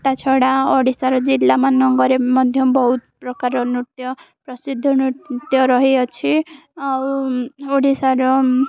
ତା' ଛଡ଼ା ଓଡ଼ିଶାର ଜିଲ୍ଲାମାନଙ୍କରେ ମଧ୍ୟ ବହୁତ ପ୍ରକାର ନୃତ୍ୟ ପ୍ରସିଦ୍ଧ ନୃତ୍ୟ ରହିଅଛି ଆଉ ଓଡ଼ିଶାର